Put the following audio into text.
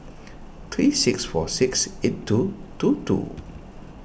three six four six eight two two two